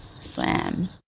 slam